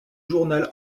journal